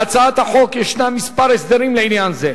בהצעת החוק ישנם מספר הסדרים לעניין זה,